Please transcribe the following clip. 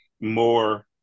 more –